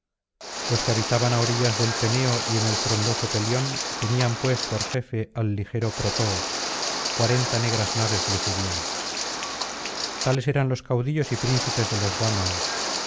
los que habitaban á orillas del peneo y en el frondoso pelión tenían pues por jefe al ligero protoo cuarenta negras naves le seguían tales eran los caudillos y príncipes de los dáñaos